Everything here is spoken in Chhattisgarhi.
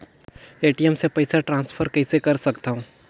ए.टी.एम ले पईसा ट्रांसफर कइसे कर सकथव?